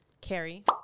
carrie